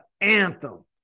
anthem